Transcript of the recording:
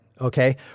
okay